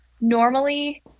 Normally